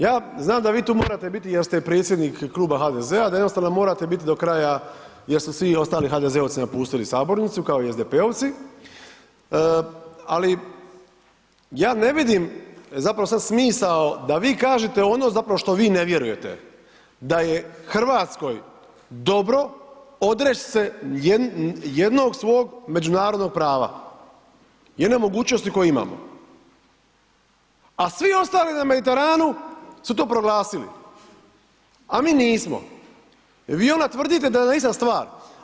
Ja znam da vi tu morate biti jer ste predsjednik Kluba HDZ-a, da jednostavno morate biti do kraja jer su svi ostali HDZ-ovci napustili sabornicu, kao i SDP-ovci, ali ja ne vidim zapravo sad smisao da vi kažete ono zapravo što vi ne vjerujete, da je RH dobro odreć se jednog svog međunarodnog prava, jedne mogućnosti koju imamo, a svi ostali na Mediteranu su to proglasili, a mi nismo i vi onda tvrdite da je to ista stvar.